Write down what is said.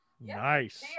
nice